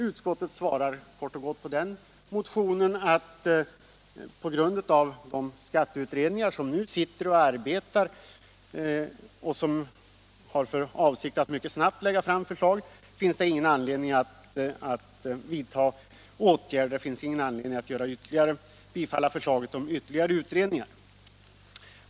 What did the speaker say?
Utskottet svarar på den motionen kort och gott att på grund av att skatteutredningar nu sitter och arbetar och har för avsikt att mycket snabbt lägga fram förslag finns det ingen anledning att vidta några åtgärder eller att bifalla förslaget om ytterligare utredning.